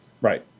Right